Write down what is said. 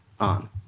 on